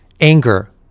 Anger